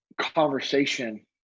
conversation